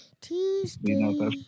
Tuesday